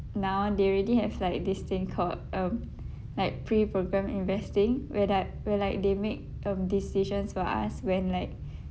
now they already have like this thing called um like pre program investing where that where like they make um decisions for us when like